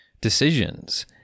decisions